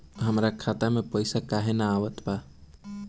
हमरा खाता में पइसा काहे ना आवत बा?